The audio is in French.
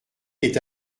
est